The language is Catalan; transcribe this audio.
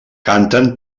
canten